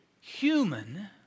human